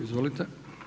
Izvolite.